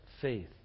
faith